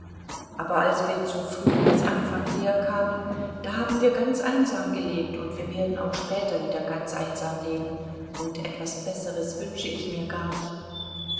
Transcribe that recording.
aber als wir zu frühlingsanfang herkamen da haben wir ganz einsam gelebt und wir werden auch später wieder ganz einsam leben und etwas besseres wünsche ich mir gar nicht